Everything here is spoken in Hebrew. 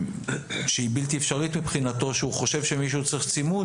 החלטה שהיא בלתי אפשרית מבחינתו שכאשר הוא חושב שמישהו צריך צימוד